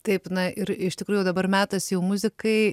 taip na ir iš tikrųjų dabar metas jau muzikai